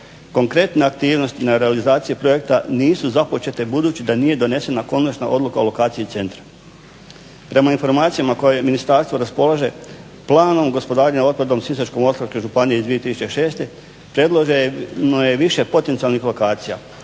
"Konkretne aktivnosti realizacije projekta nisu započete budući da nije donesena konačna odluka o lokaciji centra. Prema informacijama kojim ministarstvo raspolaže planom gospodarenja otpadom u Sisačko-moslavačkoj županiji iz 2006. predloženo je više potencijalnih lokacija